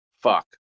Fuck